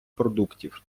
продуктів